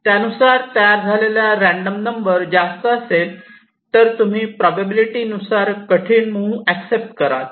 त्यानुसार तयार झालेला रँडम नंबर जास्त असेल तर तुम्ही प्रोबॅबिलिटी नुसार कठीण मूव्ह एक्सेप्ट कराल